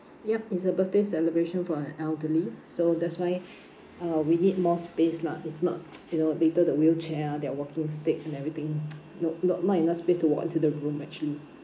yup it's a birthday celebration for an elderly so that's why uh we need more space lah if not you know later the wheelchair ah their walking stick and everything no not not enough space to walk into the room actually